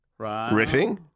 riffing